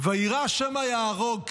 ויירא, שמא יהרוג.